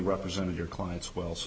represented your clients well